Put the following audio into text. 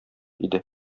иде